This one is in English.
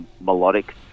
melodic